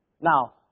Now